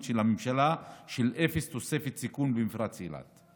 של הממשלה של אפס תוספת סיכון במפרץ אילת.